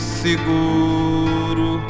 seguro